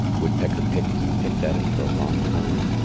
woodpecker picked and picked at it for a long time.